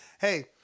Hey